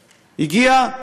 הגיע.